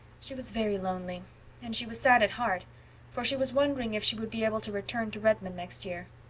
she was very lonely and she was sad at heart for she was wondering if she would be able to return to redmond next year.